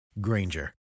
Granger